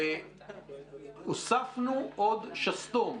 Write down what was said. והוספנו עוד שסתום,